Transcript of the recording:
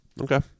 okay